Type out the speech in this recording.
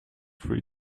free